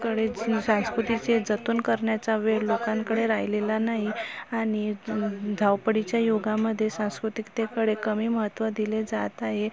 कडेच संस्कृतीचे जतन करण्याचा वेळ लोकांकडे राहिलेला नाही आणि धावपळीच्या युगामध्ये सांस्कृतिकतेकडे कमी महत्त्व दिले जात आहे